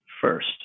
first